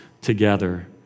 together